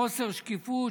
חוסר שקיפות,